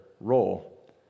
role